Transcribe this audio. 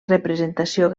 representació